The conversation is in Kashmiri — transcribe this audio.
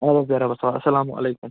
اَدٕ حظ بیٚہہ رۄبس حَوالہٕ اَلسَلامُ علیکُم